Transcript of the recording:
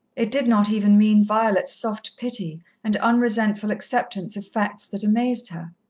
it did not even mean violet's soft pity and unresentful acceptance of facts that amazed her.